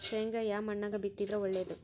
ಶೇಂಗಾ ಯಾ ಮಣ್ಣಾಗ ಬಿತ್ತಿದರ ಒಳ್ಳೇದು?